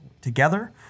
together